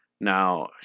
Now